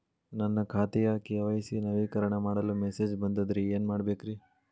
ನನ್ನ ಖಾತೆಯ ಕೆ.ವೈ.ಸಿ ನವೇಕರಣ ಮಾಡಲು ಮೆಸೇಜ್ ಬಂದದ್ರಿ ಏನ್ ಮಾಡ್ಬೇಕ್ರಿ?